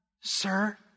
Sir